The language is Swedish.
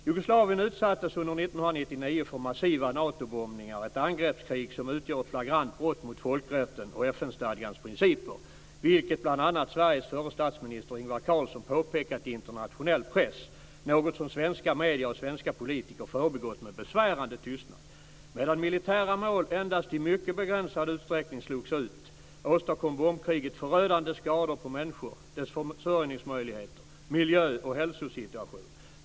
Jugoslavien utsattes under 1999 för massiva Natobombningar, ett angreppskrig som utgör ett flagrant brott mot folkrätten och FN-stadgans principer, vilket bl.a. Sveriges förre statsminister Ingvar Carlsson påpekat i internationell press, något som svenska medier och svenska politiker förbigått med besvärande tystnad. Medan militära mål endast i mycket begränsad utsträckning slogs ut åstadkom bombkriget förödande skador på människor, deras försörjningsmöjligheter, miljö och hälsosituation.